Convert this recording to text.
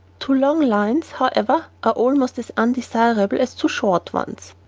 too long lines, however, are almost as undesirable as too short ones.